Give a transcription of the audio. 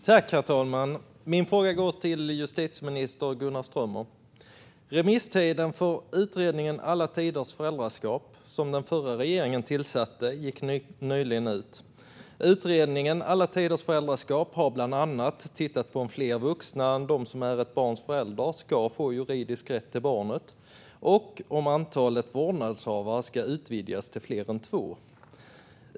Herr talman! Min fråga går till justitieminister Gunnar Strömmer. Remisstiden för utredningen Alla tiders föräldraskap , som den förra regeringen tillsatte, gick nyligen ut. Utredningen har bland annat tittat på om fler vuxna än de som är ett barns förälder ska få juridisk rätt till barnet och om antalet vårdnadshavare ska utvidgas till fler än två.